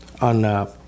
on